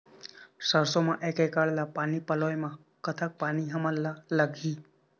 सरसों म एक एकड़ ला पानी पलोए म कतक पानी हमन ला लगही?